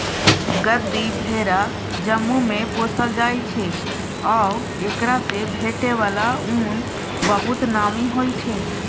गद्दी भेरा जम्मूमे पोसल जाइ छै आ एकरासँ भेटै बला उन बहुत नामी होइ छै